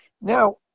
Now